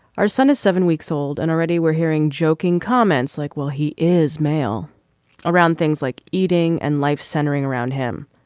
our son is seven weeks old and already we're hearing joking comments like well he is male around things like eating and life centering around him.